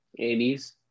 80s